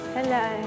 Hello